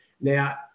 Now